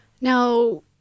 Now